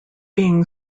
being